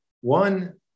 One